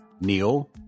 Neil